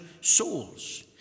souls